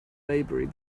maybury